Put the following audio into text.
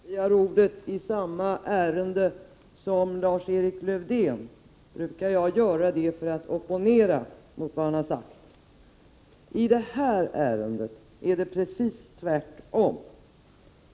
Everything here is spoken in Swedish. Herr talman! Normalt när jag begär ordet i samma ärende som Lars-Erik Lövdén brukar jag göra det för att opponera mot vad han har sagt. I det här ärendet är det precis tvärtom.